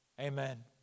Amen